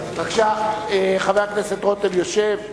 בבקשה, חבר הכנסת רותם יושב.